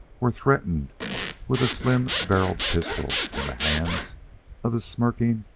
were threatened with a slim-barreled pistol in the hands of the smirking,